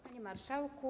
Panie Marszałku!